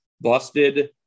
busted